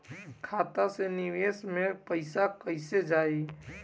खाता से विदेश मे पैसा कईसे जाई?